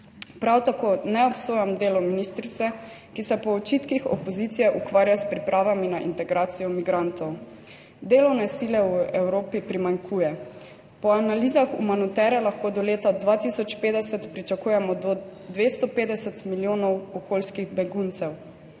Prav tako ne obsojam delo ministrice, ki se po očitkih opozicije ukvarja s pripravami na integracijo migrantov. Delovne sile v Evropi primanjkuje. Po analizah Umanotere lahko do 2050 pričakujemo do 250 milijonov okoljskih beguncev.